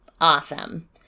Awesome